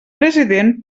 president